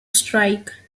strike